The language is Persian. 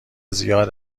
زیاد